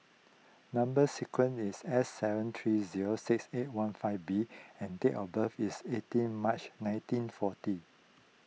Number Sequence is S seven three zero six eight one five B and date of birth is eighteen March nineteen forty